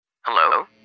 Hello